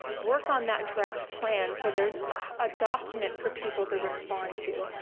work on that draft plan, so there's a document for people to respond to.